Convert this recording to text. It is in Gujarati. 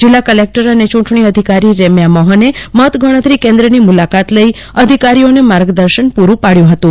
જિલ્લા કલેક્ટર અને ચ્રૂંટણી અધિકારી રેમ્યા મોહને મતગણતરી કેન્દ્રની મુલાકાત લઇ અધિકારીઓને માર્ગદર્શન પુરૂ પાડ્યું હતું